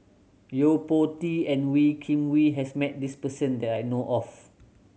Yo Po Tee and Wee Kim Wee has met this person that I know of